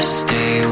stay